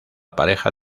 pareja